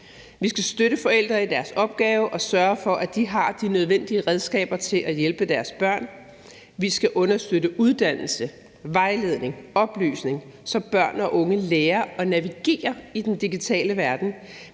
Vi skal støtte forældrene i deres opgave og sørge for, at de har de nødvendige redskaber til at hjælpe deres børn. Vi skal understøtte uddannelse, vejledning og oplysning, så børn og unge lærer at navigere i den digitale verden.